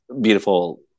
beautiful